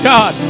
God